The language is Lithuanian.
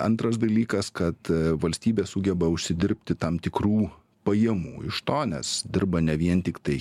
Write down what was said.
antras dalykas kad valstybė sugeba užsidirbti tam tikrų pajamų iš to nes dirba ne vien tiktai